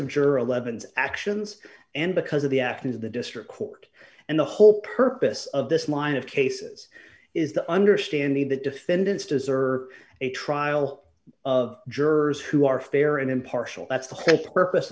i'm sure eleven's actions and because of the actions of the district court and the whole purpose of this line of cases is the understanding that defendants deserve a trial of jurors who are fair and impartial that's the whole purpose